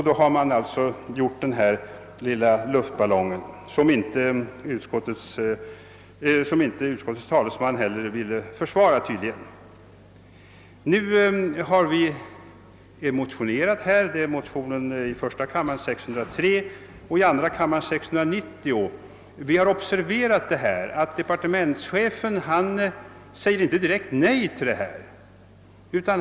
Då' har man alltså sänt upp denna lilla luftballong, något som utskottets talesman tydligen” inte” ville försvara. I de likalydande motionerna I: 603 och II:690 — andrakammarmotionen har väckts av herrar Hedlund och Wedén — har man utgått från att departementschefen inte direkt sagt nej härvidlag.